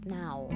now